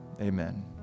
Amen